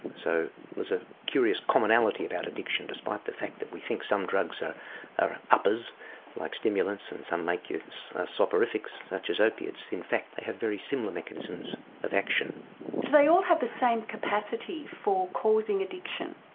so there's a curious commonality about addiction despite the fact that we think some drugs are are uppers like stimulants and some make you soporific such as opiates. in fact they have very similar mechanisms of action. do they all have the same capacity for causing addiction?